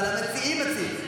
אבל המציעים מציעים.